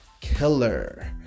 killer